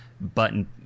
button